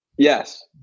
Yes